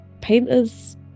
painter's